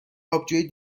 آبجو